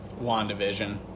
WandaVision